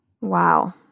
Wow